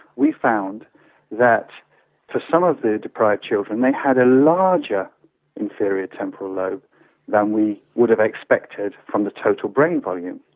we found that for some of the deprived children they had a larger inferior temporal lobe than we would have expected from the total brain volume,